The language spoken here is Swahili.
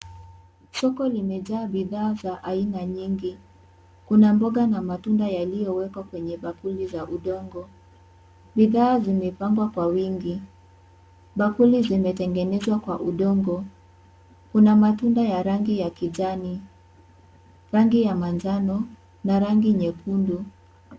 Soko limejaa bidhaa za aina nyingi kuna mboga na matunda yaliyowekwa kwenye bakuli za udongo. Bidhaa zimepangwa kwa wingi. Bakuli zimetengenezwa kwa udongo. Kuna matunda ya rangi ya kijani, rangi ya manjano, na rangi nyekundu.